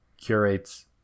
curates